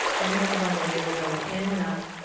uddiyana bandha, navel draws in and up.